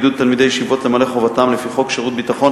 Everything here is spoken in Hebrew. עידוד תלמידי ישיבות למלא חובתם לפי חוק שירות ביטחון,